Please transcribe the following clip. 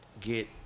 get